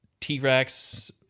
t-rex